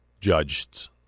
judged